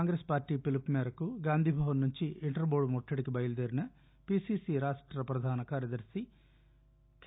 Congress party పిలుపు మేరకు గాంధీభవన్ నుంచి ఇంటర్బోర్డు ముట్టడికి బయలుదేరిన పీసీసీ రాష్ట ప్రధాన కార్యదర్శి కె